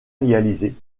réalisée